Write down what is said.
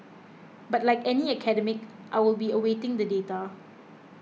but like any academic I will be awaiting the data